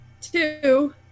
two